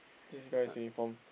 this guy's uniform